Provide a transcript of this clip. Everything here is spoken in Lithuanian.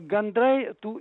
gandrai tų